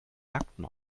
nacktem